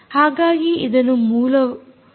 ಹಾಗಾಗಿ ಇದನ್ನು ಮೂಲವಾಗಿ ಆರ್ಎಫ್ಐಡಿಯ ಬಗ್ಗೆ ಹೇಳಬಹುದು